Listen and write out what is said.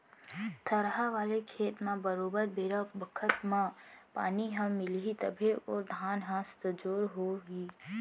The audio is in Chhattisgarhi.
थरहा वाले खेत म बरोबर बेरा बखत म पानी ह मिलही तभे ओ धान ह सजोर हो ही